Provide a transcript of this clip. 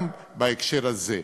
גם בהקשר הזה.